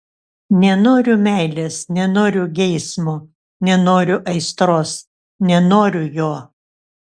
nenoriu meilės nenoriu geismo nenoriu aistros nenoriu jo